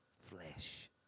flesh